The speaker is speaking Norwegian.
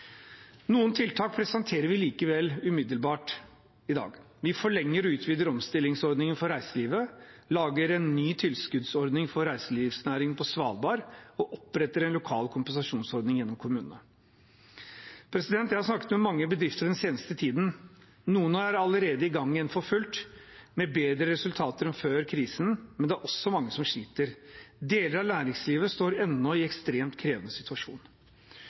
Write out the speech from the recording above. Noen tiltak presenterer vi likevel umiddelbart i dag. Vi forlenger og utvider omstillingsordningen for reiselivet, lager en ny tilskuddsordning for reiselivsnæringen på Svalbard og oppretter en lokal kompensasjonsordning gjennom kommunene. Jeg har snakket med mange bedrifter den seneste tiden. Noen er allerede i gang igjen for fullt med bedre resultater enn før krisen. Men det er også mange som sliter. Deler av næringslivet står ennå i en ekstremt krevende situasjon.